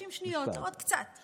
30 שניות, עוד קצת.